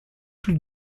plus